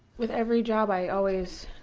with every job i always,